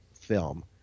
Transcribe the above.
film